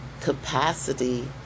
capacity